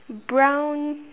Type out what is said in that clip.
brown